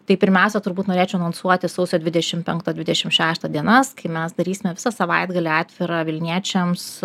tai pirmiausia turbūt norėčiau anonsuoti sausio dvidešimt penktą dvidešimt šeštą dienas kai mes darysime visą savaitgalį atvirą vilniečiams